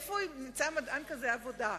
איפה ימצא מדען כזה עבודה?